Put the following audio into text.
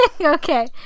okay